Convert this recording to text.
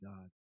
God